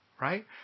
right